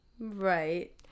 right